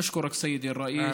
אשכורכ, סיידי א-ראיס.